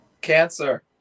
Cancer